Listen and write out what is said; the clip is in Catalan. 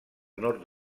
nord